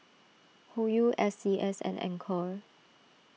Hoyu S C S and Anchor